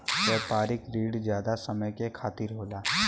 व्यापारिक रिण जादा समय के खातिर होला